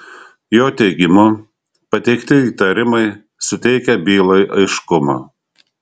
jo teigimu pateikti įtarimai suteikia bylai aiškumo